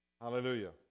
Hallelujah